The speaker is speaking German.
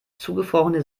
zugefrorene